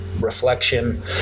reflection